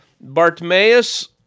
Bartimaeus